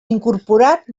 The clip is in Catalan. incorporat